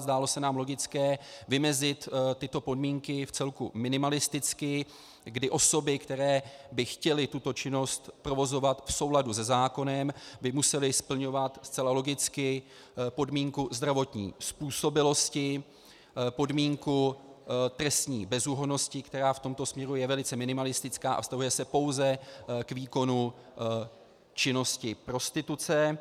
Zdálo se nám logické vymezit tyto podmínky vcelku minimalisticky, kdy osoby, které by chtěly tuto činnost provozovat v souladu se zákonem, by musely splňovat zcela logicky podmínku zdravotní způsobilosti, podmínku trestní bezúhonnosti, která v tomto směru je velice minimalistická a vztahuje se pouze k výkonu činnosti prostituce.